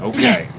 Okay